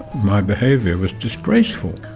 my behaviour was disgraceful.